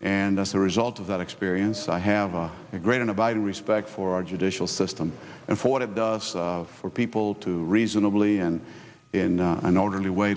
and as a result of that experience i have a great an abiding respect for our judicial system and for what it does for people to reasonably and in an orderly way